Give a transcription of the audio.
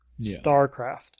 StarCraft